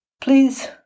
please